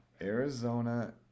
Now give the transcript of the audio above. Arizona